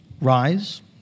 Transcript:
rise